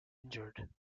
injured